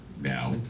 now